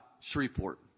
Shreveport